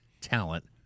talent